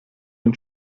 den